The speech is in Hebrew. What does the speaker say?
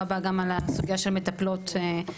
הבא גם על הסוגייה של מטפלות במעונות,